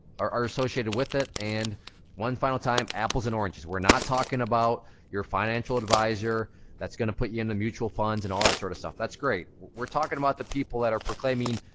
are are associated with it. and one final time, apples and oranges. we're not talking about about your financial advisor that's gonna put you into mutual funds and all that sort of stuff. that's great. we're talking about the people that are proclaiming,